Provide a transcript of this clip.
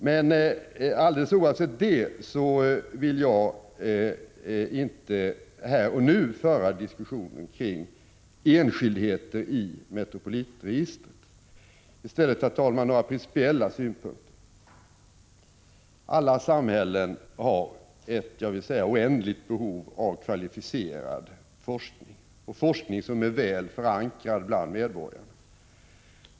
Men alldeles oavsett det vill jag inte här och nu föra en diskussion kring enskildheter i Metropolitregistret. Jag skall i stället, herr talman, anföra några principiella synpunkter. Alla samhällen har ett låt mig säga oändligt behov av kvalificerad forskning och forskning som är väl förankrad bland medborgarna.